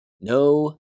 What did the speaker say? No